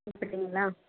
வச்சிருங்களா